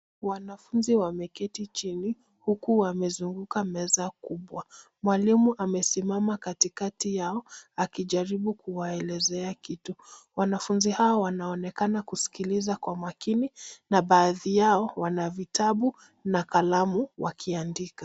Wanafunzi wameketi chini huku wamezunguka meza kubwa. Mwalimu amesimama katikati yao akijaribu kuwaelezea kitu. Wanafunzi hawa wanaonekana kuskiliza kwa makini na baadhi yao wana vitabu na kalamu wakiandika.